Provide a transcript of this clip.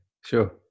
sure